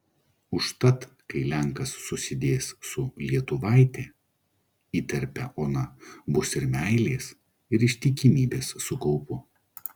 užtat kai lenkas susidės su lietuvaite įterpia ona bus ir meilės ir ištikimybės su kaupu